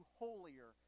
holier